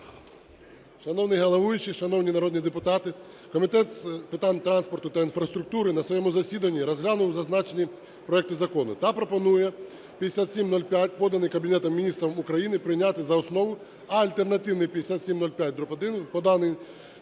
Шановний головуючий, шановні народні депутати! Комітет з питань транспорту та інфраструктури на своєму засіданні розглянув зазначені проекти закону, та пропонує 5705, поданий Кабінетом Міністрів України, прийняти за основу, а альтернативний 5705-1, поданий